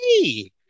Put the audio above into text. hey